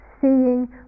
Seeing